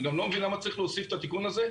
אני גם לא מבין למה צריך להוסיף את התיקון הזה,